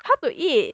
how to eat